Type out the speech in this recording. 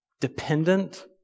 dependent